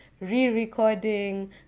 re-recording